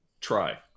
try